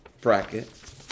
bracket